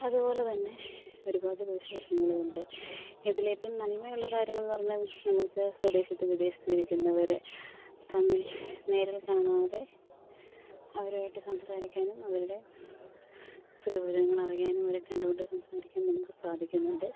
അതു പോലെ തന്നെ ഒരുപാട് ദൂശ്യ വശങ്ങളുമുണ്ട് ഇതിലേറ്റവും നൻമയുള്ള കാര്യങ്ങളെന്ന് പറഞ്ഞ നമ്മൾക്ക് സ്വദേശത്തും വിദേശത്തും ഇരിക്കുന്നവരെ തമ്മില് നേരില് കാണാതെ അവരുമായിട്ട് സംസാരിക്കാനും അവരുടെ സുഖ വിവരങ്ങള് അറിയാനും അവരെ കണ്ടു കൊണ്ട് സംസാരിക്കാന് ന ക്ക് സാധിക്കുന്നുണ്ട്